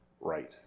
right